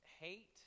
Hate